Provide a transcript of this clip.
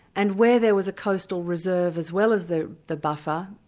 and where there was a coastal reserve as well as the the buffer,